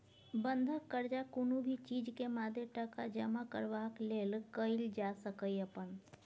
बंधक कर्जा कुनु भी चीज के मादे टका जमा करबाक लेल कईल जाइ सकेए अपन